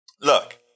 Look